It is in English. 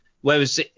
Whereas